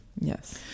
Yes